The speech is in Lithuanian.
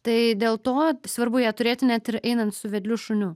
tai dėl to svarbu ją turėti net ir einant su vedliu šuniu